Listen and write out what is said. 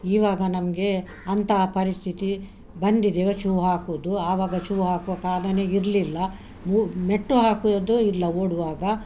ಇವಾಗ ನಮಗೆ ಅಂತಹ ಪರಿಸ್ಥಿತಿ ಬಂದಿದ್ದೇವೆ ಶೂ ಹಾಕುವುದು ಆವಾಗ ಶೂ ಹಾಕುವ ಕಾರಣನೇ ಇರಲಿಲ್ಲ ಮು ಮೆಟ್ಟು ಹಾಕೋದು ಇಲ್ಲ ಓಡುವಾಗ